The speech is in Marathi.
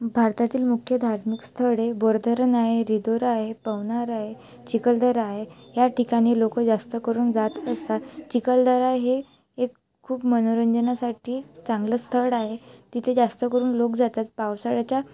भारतातील मुख्य धार्मिक स्थळे बोरधरण आहे रिदोरा आहे पवनार आहे चिखलदरा आहे ह्या ठिकाणी लोक जास्त करून जात असतात चिखलदरा हे एक खूप मनोरंजनासाठी चांगलं स्थळ आहे तिथे जास्त करून लोक जातात पावसाळ्याच्या